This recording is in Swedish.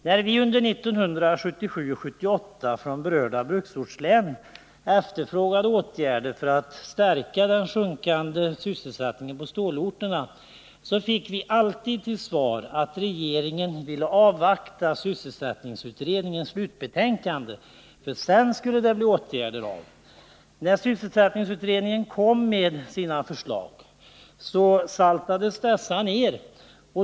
När vi 1977 och 1978 från berörda bruksortslän efterfrågade åtgärder för att stärka den sjunkande sysselsättningen på stålorterna, fick vi alltid till svar att regeringen ville avvakta sysselsättningsutredningens slutbetänkande. Sedan skulle det bli åtgärder av. När sysselsättningsutredningen kom med sina förslag saltades dessa ner.